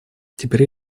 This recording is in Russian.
теперь